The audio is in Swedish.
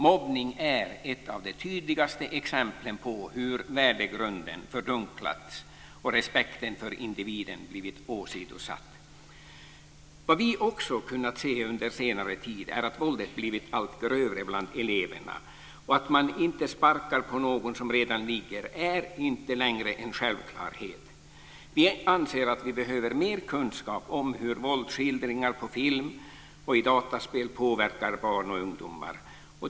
Mobbning är ett av de tydligaste exemplen på hur värdegrunden fördunklats och respekten för individen blivit åsidosatt. Vad vi också har kunnat se under senare tid är att våldet blivit allt grövre bland eleverna. Att man inte sparkar på någon som redan ligger är inte längre en självklarhet. Vi anser att vi behöver mer kunskap om hur våldsskildringar på film och i dataspel påverkar barn och ungdomar.